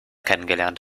kennengelernt